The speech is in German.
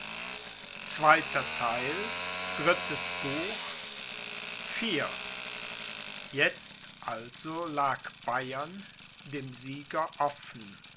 jetzt also lag bayern dem